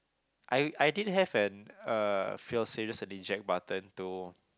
I I didn't have an uh fail safe just an eject button to